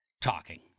Talking